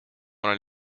olen